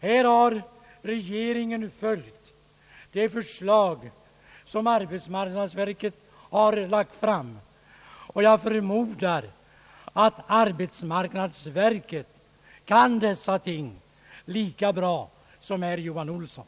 Här har regeringen följt arbetsmarknadsverkets förslag, och jag förmodar att arbetsmarknadsverket kan dessa ting lika bra som herr Johan Olsson.